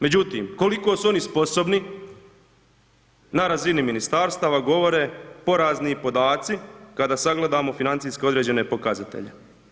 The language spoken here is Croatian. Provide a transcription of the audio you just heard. Međutim, koliko su oni sposobni na razini ministarstava govore porazni podaci kada sagledamo financijski određene pokazatelje.